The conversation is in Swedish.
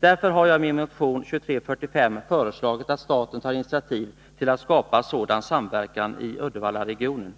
Därför har jag i min motion 2345 föreslagit att staten tar initiativ till att skapa sådan samverkan i Uddevallaregionen.